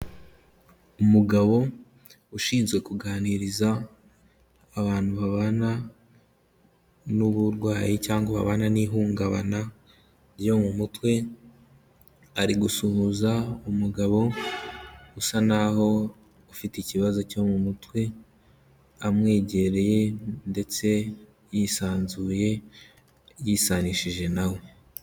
Umugabo ushinzwe kuganiriza abantu babana n'uburwayi cyangwa ababana n'ihungabana ryo mu mutwe, ari gusuhuza umugabo usa n'aho ufite ikibazo cyo mu mutwe amwegereye ndetse yisanzuye yisanishije na we.